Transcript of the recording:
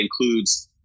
includes